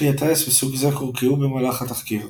כלי הטיס מסוג זה קורקעו במהלך התחקיר.